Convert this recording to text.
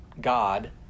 God